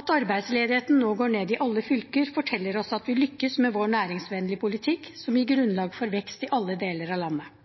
At arbeidsledigheten nå går ned i alle fylker, forteller oss at vi lykkes med vår næringsvennlige politikk, som gir grunnlag for vekst i alle deler av landet.